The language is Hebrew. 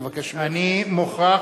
חברת הכנסת מירי רגב, אני מבקש ממך.